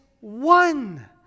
one